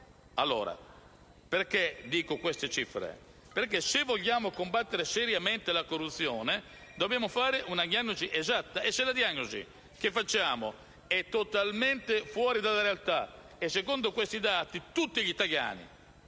allora, cito queste cifre? Perché, se vogliamo combattere seriamente la corruzione, dobbiamo fare una diagnosi esatta. Invece la nostra diagnosi è totalmente fuori dalla realtà. Secondo questi dati, tutti gli italiani